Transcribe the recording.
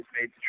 made